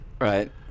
Right